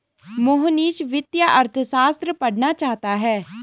मोहनीश वित्तीय अर्थशास्त्र पढ़ना चाहता है